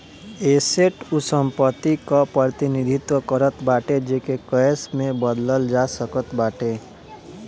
asset उ संपत्ति कअ प्रतिनिधित्व करत बाटे जेके कैश में बदलल जा सकत बाटे